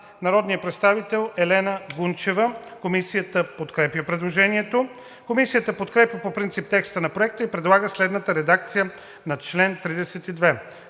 народните представители Ива Митева и Андрей Михайлов. Комисията подкрепя предложението. Комисията подкрепя по принцип текста на Проекта и предлага следната редакция на чл. 38: